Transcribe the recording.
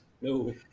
No